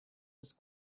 was